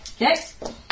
Next